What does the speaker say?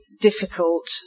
difficult